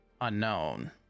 Unknown